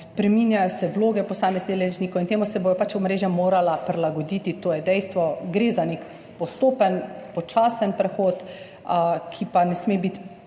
spreminjajo se vloge posameznih deležnikov in temu se bodo pač omrežja morala prilagoditi, to je dejstvo. Gre za nek postopen, počasen prehod, ki pa ne sme biti